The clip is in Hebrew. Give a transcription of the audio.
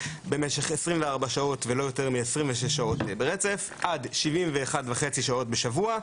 במשך 24 שעות ולא יותר מ-26 שעות ברצף ועד 71.5 שעות בשבוע.